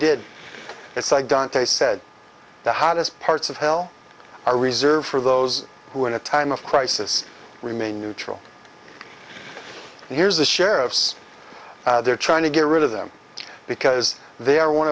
did it's like dante said the hottest parts of hell are reserved for those who in a time of crisis remain neutral and here's the sheriffs they're trying to get rid of them because they are one